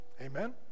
Amen